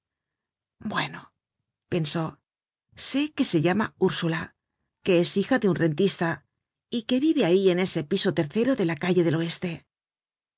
bueno pensó sé que se llama ursula que es hija de un rentista y que vive ahí en ese piso tercero de la calle del oeste